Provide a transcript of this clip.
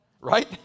right